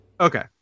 Okay